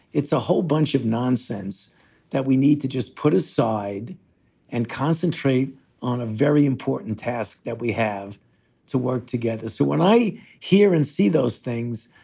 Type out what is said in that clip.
it's a whole bunch of nonsense that we need to just put aside and concentrate on a very important task that we have to work together. so when i hear and see those things,